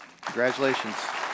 Congratulations